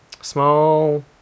small